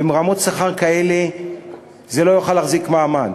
ועם רמות שכר כאלה זה לא יוכל להחזיק מעמד.